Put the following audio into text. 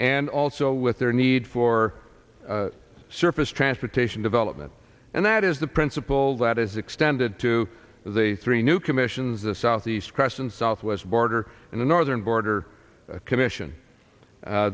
and also with their need for surface transportation development and that is the principle that is extended to the three new commissions the southeast press and southwest border and the northern border commission